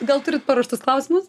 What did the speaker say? gal turit paruoštus klausimus